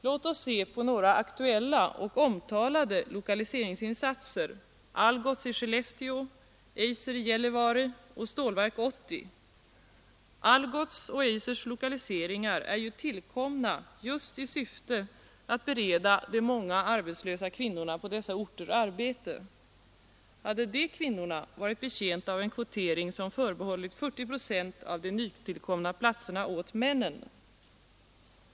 Låt oss se på några aktuella och omtalade lokaliseringsinsatser: Algots i Skellefteå, Eisers i Gällivare och Stålverk 80. Algots och Eisers lokaliseringar är tillkomna just i syfte att bereda de många arbetslösa kvinnorna på dessa orter arbete. Hade de kvinnorna varit betjänta av en kvotering som förbehållit männen 40 procent av de nytillkomna platserna?